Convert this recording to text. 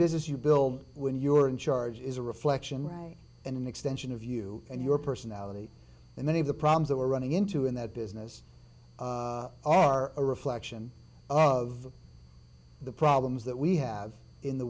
business you build when you are in charge is a reflection right and an extension of you and your personality and many of the problems that we're running into in that business are a reflection of the problems that we have in the